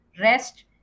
rest